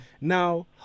Now